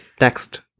next